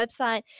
website